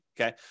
okay